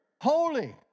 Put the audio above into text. holy